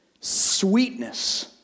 Sweetness